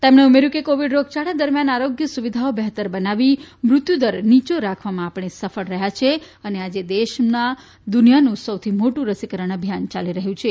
તેમણે ઉમેર્યું કે કોવિડ રોગયાળા દરમિયાન આરોગ્ય સુવિધાઓ બહેતર બનાવી મૃત્યુદર નીચો રાખવામાં આપણે સફળ રહ્યા છે અને આજે દેશમાં દુનિયાનું સૌથી મોટું રસીકરણ અભિયાન ચાલી રહ્યું છે